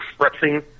expressing